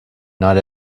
not